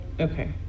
Okay